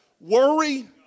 Worry